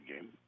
game